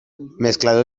mezclado